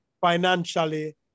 financially